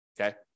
okay